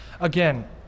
again